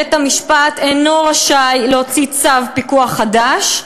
בית-המשפט אינו רשאי להוציא צו פיקוח חדש,